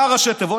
מה ראשי התיבות?